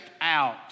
out